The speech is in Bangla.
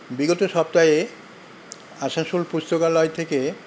বিগত সপ্তাহে আসানসোল পুস্তকালয় থেকে